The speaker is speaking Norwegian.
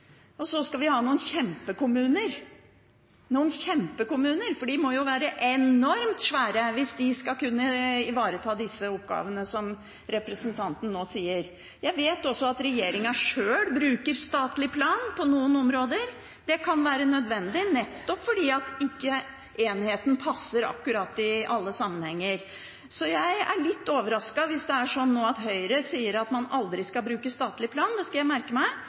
Og så skal vi ha noen kjempekommuner – for de må jo være enormt svære hvis de skal kunne ivareta de oppgavene som representanten nå snakker om. Jeg vet også at regjeringen sjøl bruker statlig plan for noen områder. Det kan være nødvendig, nettopp fordi enheten ikke passer i alle sammenhenger. Jeg er litt overrasket hvis det er slik at Høyre nå sier at man aldri skal bruke statlig plan – det skal jeg merke meg